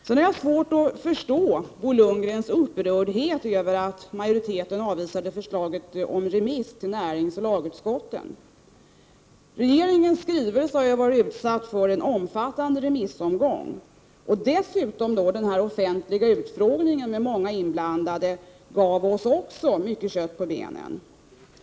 Jag har svårt att förstå Bo Lundgrens upprördhet över att majoriteten avvisade förslaget om remiss till näringsoch lagutskotten. Regeringens skrivelse har varit utsatt för en omfattande remissomgång. Dessutom gav den offentliga utfrågningen, med många inblandade, oss mycket kött på benen.